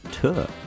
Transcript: tour